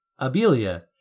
Abelia